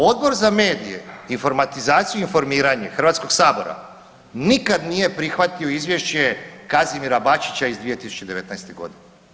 Odbor za medije, informatizaciju, informiranje Hrvatskog sabora nikad nije prihvatio Izvješće Kazimira Bačića iz 2019. godine.